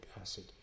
acid